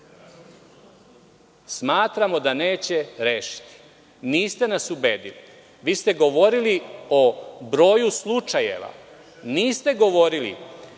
Smatramo da neće rešiti. Niste nas ubedili. Vi ste govorili o broju slučajeva. Niste govorili